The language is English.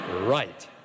right